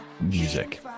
music